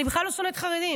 אני בכלל לא שונאת חרדים,